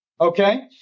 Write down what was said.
okay